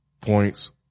points